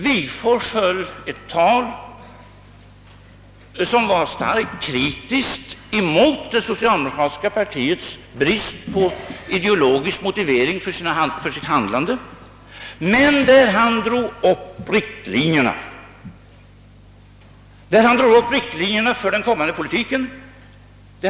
Wigforss höll ett tal där han var starkt kritisk mot det socialdemokratiska partiets brist på ideologisk motivering för sitt handlande men där han drog upp riktlinjerna för den kommande politiken.